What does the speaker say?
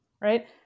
right